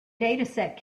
dataset